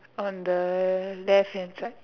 on the left hand side